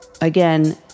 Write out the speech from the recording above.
Again